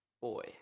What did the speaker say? boy